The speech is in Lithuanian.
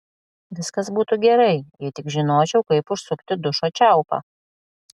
viskas būtų gerai jei tik žinočiau kaip užsukti dušo čiaupą